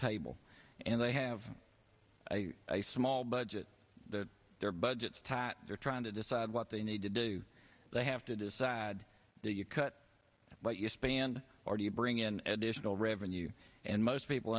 table and they have a small budget that their budgets tat they're trying to decide what they need to do they have to decide do you cut but you span or do you bring in additional revenue and most people